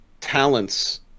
talents